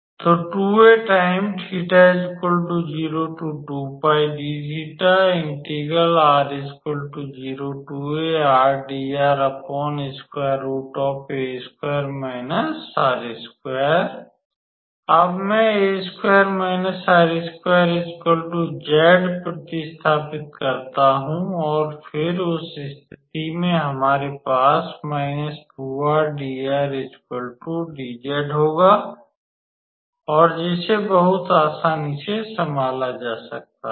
तो अब मैं प्रतिस्थापित करता हूं और फिर उस स्थिति में हमारे पास होगा और जिसे बहुत आसानी से संभाला जा सकता है